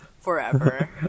forever